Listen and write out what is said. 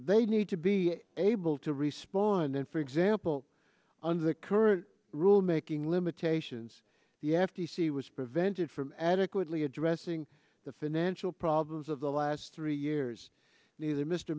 they need to be able to respond then for example under the current rule making limitations the f t c was prevented from adequately addressing the financial problems of the last three years neither mr